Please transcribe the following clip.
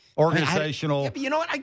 organizational